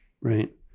Right